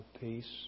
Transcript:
peace